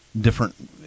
different